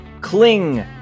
cling